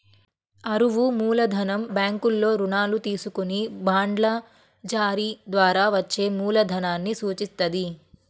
అరువు మూలధనం బ్యాంకుల్లో రుణాలు తీసుకొని బాండ్ల జారీ ద్వారా వచ్చే మూలధనాన్ని సూచిత్తది